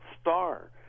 Star